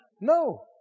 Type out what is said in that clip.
No